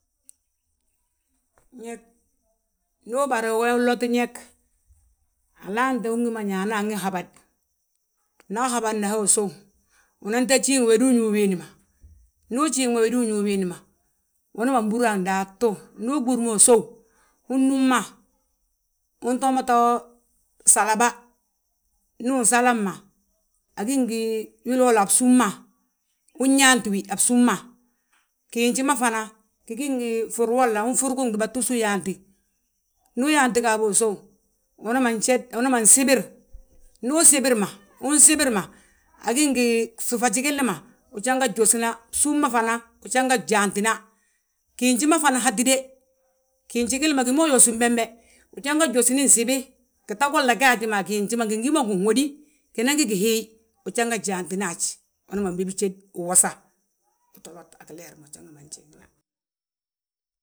Ñég, ndu ubare uyaa, unloti ñég, alaante ugíma ñaa anan hi habad. Nda ahabadna hi asów, unan to jiiŋ wédi uñuw wiindi ma. Ndu ujiiŋ mo wédu uñuw wiindi ma, umanan ɓúr andaatu, ndu uɓúrma usów. Unúmma, utoma to salaba, ndu usalabma, agí ngi wiloola a bsúm ma. Unyaanti a bsúm ma, giinji ma fana gi gí ngi furi wolla, unfurigi gbúbatus uyaanti. Ndu uyaanti gi habo usów, unaman jéd, umanan sibir, ndu usibirma, unsibirma, agí ngi gfuŧaj gilli ma, ujanga gyósina, bsúm ma fana, ujanga gyaantina. Giinji ma fana hatíde, ginji gilli ma gi ma uyósi bembe, ujanga gyósni gsibi, gita golla gaaji ma a ginji ma gí ngi ginhódi ginan gí gihiiy. Ujanga gyaantin haj, umana bibijéd, uwosa, uto lot a gileer ma ujangama njiŋna.